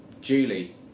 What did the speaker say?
Julie